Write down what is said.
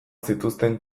zituzten